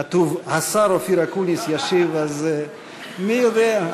כתוב השר אופיר אקוניס ישיב, אז מי יודע.